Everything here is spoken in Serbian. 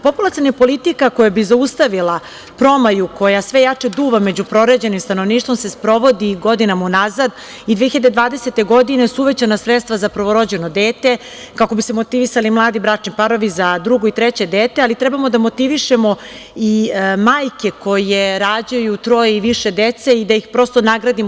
Populaciona politika koja bi zaustavila promaju koja sve jače duva među proređenim stanovništvom se sprovodi i godinama unazad i 2020. godine su uvećana sredstva za prvorođeno dete kako bi se motivisali mladi bračni parovi za drugo i treće dete, ali trebamo da motivišemo i majke koje rađaju troje i više dece i da ih prosto nagradimo.